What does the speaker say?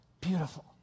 beautiful